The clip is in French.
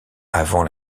avant